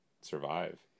survive